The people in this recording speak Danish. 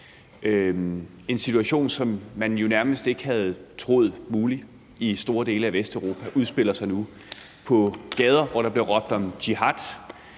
En situation, som man nærmest ikke havde troet mulig i store dele af Vesteuropa, udspiller sig nu på gader, hvor der bliver råbt om jihad.